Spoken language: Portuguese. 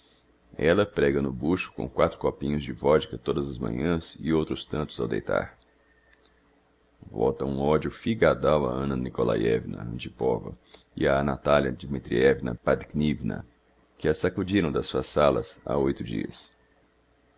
ella préga no bucho com quatro copinhos de vodka todas as manhãs e outros tantos ao deitar vota um odio figadal a anna nikolaievna antipova e á natalia dmitrievna padknvina que a sacudiram das suas salas ha oito dias